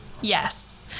yes